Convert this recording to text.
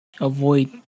avoid